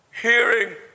hearing